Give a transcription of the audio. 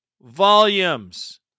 volumes